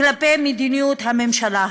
כלפי מדיניות הממשלה הזו.